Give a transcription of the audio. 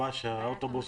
ממש, האוטובוס